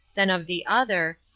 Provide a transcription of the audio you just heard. then of the other,